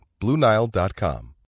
BlueNile.com